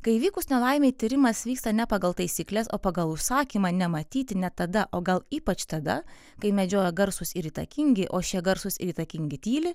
kai įvykus nelaimei tyrimas vyksta ne pagal taisykles o pagal užsakymą nematyti net tada o gal ypač tada kai medžiojo garsūs ir įtakingi o šie garsūs ir įtakingi tyli